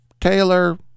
Taylor